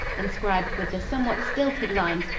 inscribed with the somewhat stilted lines,